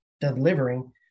delivering